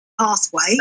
pathway